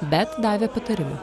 bet davė patarimą